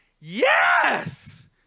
yes